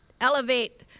elevate